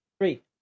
three